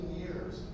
years